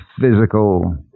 physical